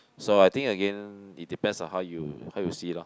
so I think again it depends on how you how you see lor